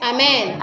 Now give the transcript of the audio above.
Amen